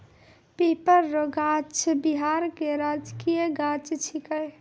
पीपर रो गाछ बिहार के राजकीय गाछ छिकै